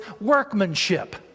workmanship